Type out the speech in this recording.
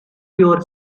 your